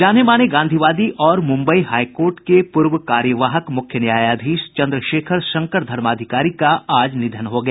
जाने माने गांधीवादी और मुंबई हाईकोर्ट के पूर्व कार्यवाहक मुख्य न्यायाधीश चंद्रशेखर शंकर धर्माधिकारी का आज निधन हो गया